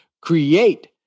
create